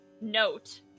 note